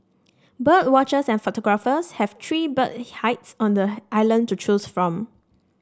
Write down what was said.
bird watchers and photographers have three bird hides on the island to choose from